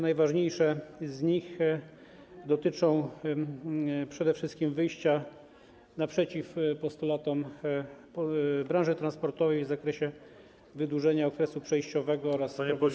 Najważniejsze z nich dotyczą przede wszystkim wyjścia naprzeciw postulatom branży transportowej w zakresie wydłużenia okresu przejściowego oraz wprowadzenia przepisów.